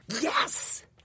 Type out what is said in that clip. Yes